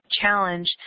challenge